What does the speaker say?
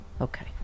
Okay